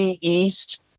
East